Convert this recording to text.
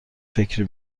فکری